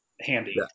handy